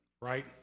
right